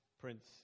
Prince